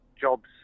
jobs